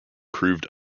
proved